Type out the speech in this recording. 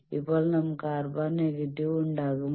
ഇപ്പോൾ നമുക്ക് R⁻ negative ഉണ്ടാകുമോ